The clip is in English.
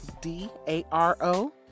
D-A-R-O